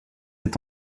est